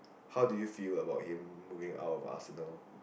how do you feel about him moving out of Arsenal